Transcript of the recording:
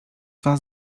was